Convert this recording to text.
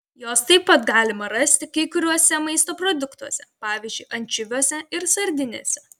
jos taip pat galima rasti kai kuriuose maisto produktuose pavyzdžiui ančiuviuose ir sardinėse